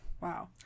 wow